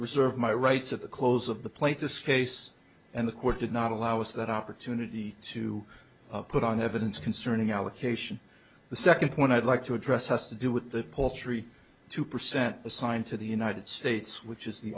reserve my rights at the close of the plate this case and the court did not allow us that opportunity to put on evidence concerning allocation the second point i'd like to address has to do with the poultry two percent assigned to the united states which is the